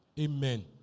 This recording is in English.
Amen